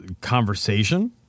conversation